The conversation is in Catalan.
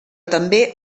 també